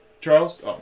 Charles